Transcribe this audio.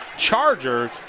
chargers